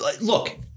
Look